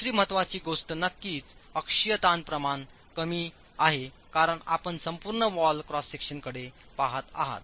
दुसरी महत्वाची गोष्ट नक्कीच अक्षीय ताण प्रमाण कमी आहे कारण आपण संपूर्ण वॉल क्रॉस सेक्शनकडे पहात आहात